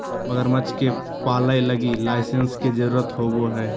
मगरमच्छ के पालय लगी लाइसेंस के जरुरत होवो हइ